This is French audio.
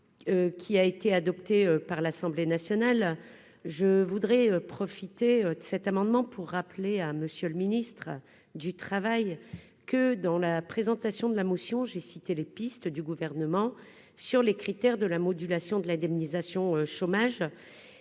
qui a été adopté par l'Assemblée nationale, je voudrais profiter de cet amendement pour rappeler à monsieur le ministre du travail que dans la présentation de la motion j'ai cité les pistes du gouvernement sur les critères de la modulation de l'indemnisation chômage,